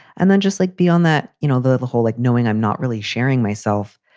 and then just like beyond that, you know, the the whole like knowing i'm not really sharing myself,